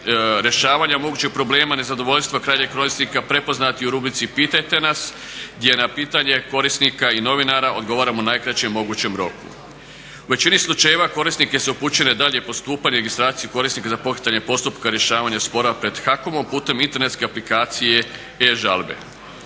rješavanja mogućeg problema. Nezadovoljstvo krajnjeg korisnika prepoznat je i u rubrici Pitajte nas gdje na pitanje korisnika i novinara odgovaramo u najkraćem mogućem roku. U većini slučajeva korisnike se upućuje na daljnje postupanje i registraciju korisnika za postizanje postupka rješavanja spora pred HAKOM-a putem internetske aplikacije e-žalbe.